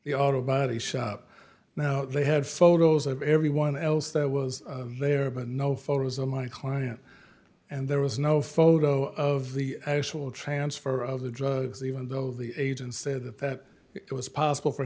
the auto body shop now they had photos of everyone else that was there but no photos of my client and there was no photo of the actual transfer of the drugs even though the age and say that it was possible for